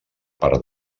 part